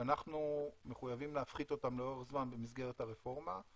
שאנחנו מחויבים להפחית אותן לאורך זמן במסגרת הרפורמה,